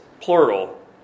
plural